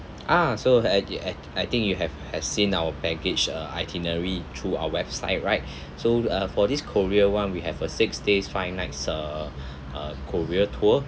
ah so I I thi~ I think you have has seen our package uh itinerary through our website right so uh for this korea [one] we have a six days five nights uh uh korea tour